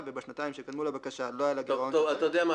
ובשנתיים שקדמו לבקשה לא היה לה גירעון..." --- אתה יודע מה?